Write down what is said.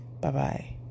Bye-bye